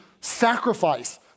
sacrifice